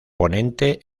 ponente